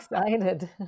excited